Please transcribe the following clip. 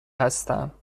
هستم